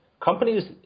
companies